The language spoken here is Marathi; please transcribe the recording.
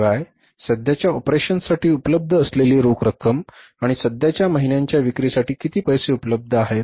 शिवाय म्हणजे सध्याच्या ऑपरेशन्ससाठी उपलब्ध असलेली रोख रक्कम आणि सध्याच्या महिन्यांच्या विक्रीसाठी किती पैसे उपलब्ध आहेत